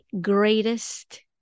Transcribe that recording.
greatest